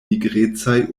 nigrecaj